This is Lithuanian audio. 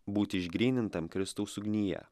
būti išgrynintam kristaus ugnyje